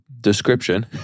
description